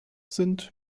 sind